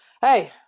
hey